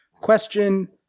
Question